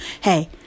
Hey